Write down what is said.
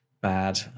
bad